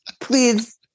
Please